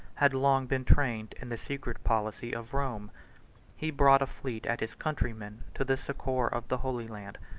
had long been trained in the secret policy of rome he brought a fleet at his countrymen to the succor of the holy land,